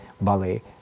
ballet